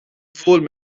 bhuail